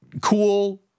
cool